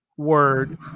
Word